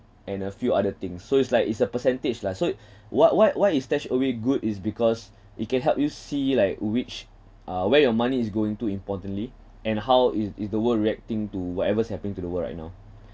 and a few other things so it's like it's a percentage lah so it what why why is StashAway good is because it can help you see like which uh where your money is going to importantly and how is is the world reacting to whatever's happening to the world right now